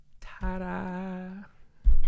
Ta-da